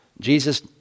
Jesus